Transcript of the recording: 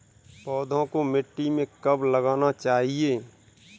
पौधों को मिट्टी में कब लगाना चाहिए?